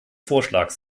vorschlags